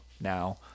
now